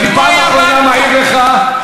מכניסים את כל העודפים לתוך,